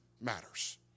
matters